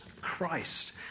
Christ